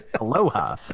Aloha